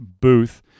booth